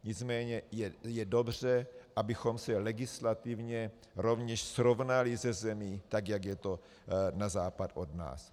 Nicméně je dobře, abychom se legislativně rovněž srovnali se zemí tak, jak je to na západ od nás.